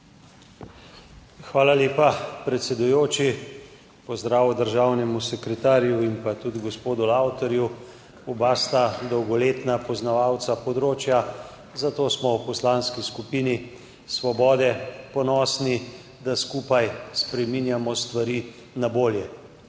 Hvala lepa, predsedujoči. Pozdrav državnemu sekretarju in tudi gospodu Lavtarju! Oba sta dolgoletna poznavalca področja, zato smo v Poslanski skupini Svoboda ponosni, da skupaj spreminjamo stvari na bolje.